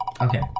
Okay